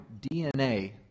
DNA